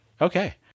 Okay